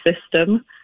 system